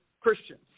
Christians